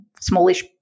smallish